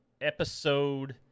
episode